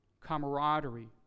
camaraderie